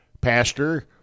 Pastor